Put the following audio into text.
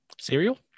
cereal